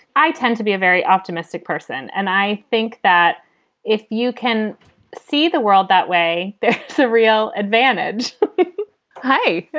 i tend to be a very optimistic person, and i think that if you can see the world that way, that's a real advantage hi